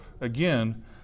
Again